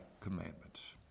commandments